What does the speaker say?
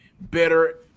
better